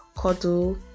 cuddle